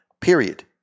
period